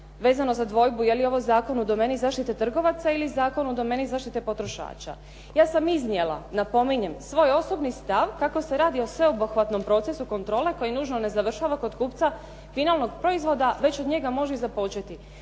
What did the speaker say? vezano za dvojbu je li ovo zakon u domeni zaštite trgovaca ili zakon u domeni zaštite potrošača. Ja sam iznijela, napominjem, svoj osobni stav kako se radi o sveobuhvatnom procesu kontrole koji nužno ne završava kod kupca finalnog proizvoda, već od njega može i započeti.